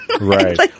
Right